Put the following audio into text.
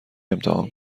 امتحان